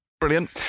brilliant